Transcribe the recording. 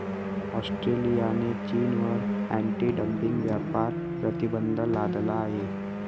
ऑस्ट्रेलियाने चीनवर anti dumping व्यापार प्रतिबंध लादला आहे